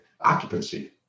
occupancy